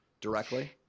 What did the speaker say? directly